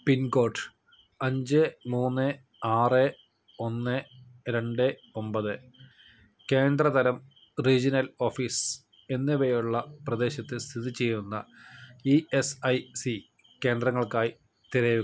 പിൻ code അഞ്ച് മൂന്ന് ആറ് ഒന്ന് രണ്ട് ഒമ്പത് കേന്ദ്ര തരം റീജിയണൽ ഓഫീസ് എന്നിവയുള്ള പ്രദേശത്ത് സ്ഥിതിചെയ്യുന്ന ഇ എസ് ഐ സി കേന്ദ്രങ്ങൾക്കായി തിരയുക